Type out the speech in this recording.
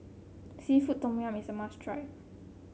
seafood Tom Yum is a must try